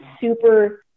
super